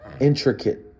intricate